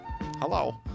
Hello